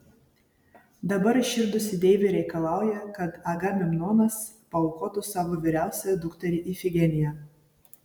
dabar įširdusi deivė reikalauja kad agamemnonas paaukotų savo vyriausiąją dukterį ifigeniją